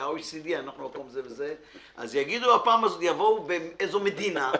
אנחנו מקום זה וזה, אז יבואו באיזו מדינה,